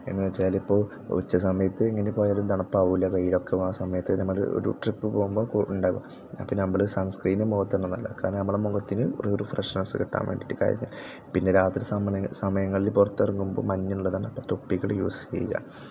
എന്ന് വെച്ചാലിപ്പോൾ ഉച്ചസമയത്ത് എങ്ങനെ പോയാലും തണുപ്പാവില്ല വെയിലൊക്കെ ആ സമയത്ത് ട്രിപ്പ് പോകുമ്പം ഉണ്ടാകും അപ്പം നമ്മൾ സൺ സ്ക്രീൻ മുഖത്തിടുന്നത് നല്ലതാണ് കാരണം നമ്മുടെ മുഖത്തിന് ഒരു ഫ്രെഷ്നെസ്സ് കിട്ടാൻ വേണ്ടിയിട്ട് കഴിഞ്ഞാൽ പിന്നെ രാത്രി സമയ സമയങ്ങലിൽ പുറത്തിറങ്ങുമ്പോൾ മഞ്ഞുള്ള തണുപ്പത്ത് തൊപ്പികൾ യൂസ് ചെയ്യുക